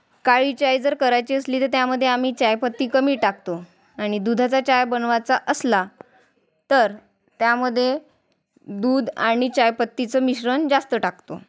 काळी चाय जर करायची असली तर त्यामध्ये आम्ही चायपत्ती कमी टाकतो आणि दुधाचा चाय बनवायचा असला तर त्यामध्ये दूध आणि चायपत्तीचं मिश्रण जास्त टाकतो